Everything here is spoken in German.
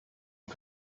die